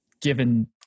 given